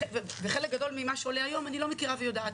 וחלק גדול ממה שעולה היום אני לא מכירה ויודעת.